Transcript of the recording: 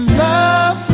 love